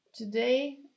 today